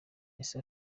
ese